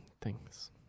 thing's